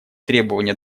требования